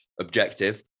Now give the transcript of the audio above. objective